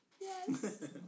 Yes